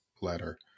letter